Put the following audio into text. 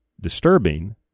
disturbing